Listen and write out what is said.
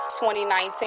2019